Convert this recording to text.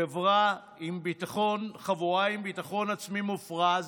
חבורה עם ביטחון עצמי מופרז